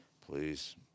Please